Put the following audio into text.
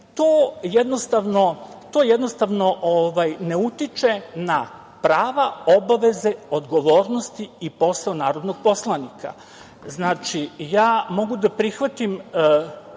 to jednostavno ne utiče na prava, obaveze, odgovornosti i posao narodnog poslanika. Znači, ja mogu da prihvatim